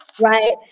Right